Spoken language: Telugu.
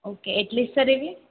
ఓకే ఎట్ల ఇస్తారు ఇవి